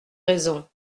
raison